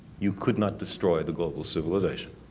you could not destroy the global civilization.